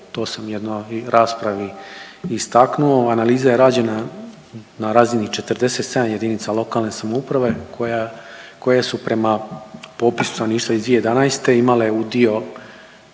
to sam u jednoj raspravi i istaknuo. Analiza je rađena na razini 47 jedinica lokalne samouprave koje su prema popisu stanovništva iz 2011. imale udio